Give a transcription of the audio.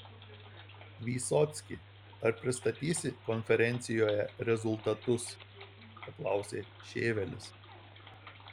vysocki ar pristatysi konferencijoje rezultatus paklausė šėvelis